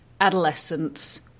adolescence